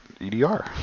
EDR